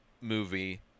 movie